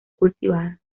cultivada